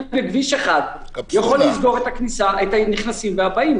אני עם כביש אחד יכול לסגור את הנכנסים והבאים.